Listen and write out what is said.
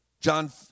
John